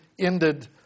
ended